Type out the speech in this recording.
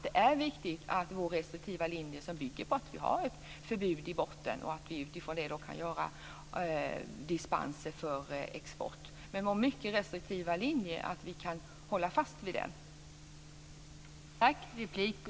Det är viktigt att vi håller vår restriktiva linje, som bygger på att vi har ett förbud i botten och att vi utifrån det kan ge dispenser för export. Men det är viktigt att vi kan hålla fast vid vår mycket restriktiva linje.